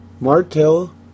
Martell